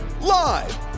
Live